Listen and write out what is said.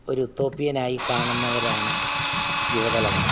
ഒരു തൊപ്പ്യനായി കാണുന്നവരാണ് യുവ തലമുറ